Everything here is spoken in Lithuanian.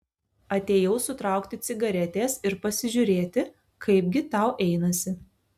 atėjau sutraukti cigaretės ir pasižiūrėti kaipgi tau einasi